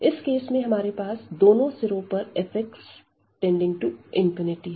इस केस में हमारे पास दोनों सिरों पर f→∞ है